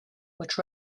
which